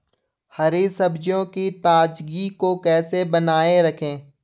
हरी सब्जियों की ताजगी को कैसे बनाये रखें?